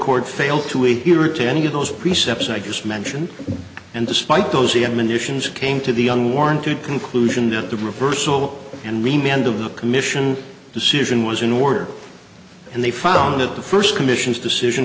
court failed to aid you or to any of those precepts i just mentioned and despite those the admonitions came to the unwarranted conclusion that the reversal and we may end of the commission decision was in order and they found that the first commission's decision